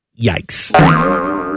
Yikes